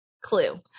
clue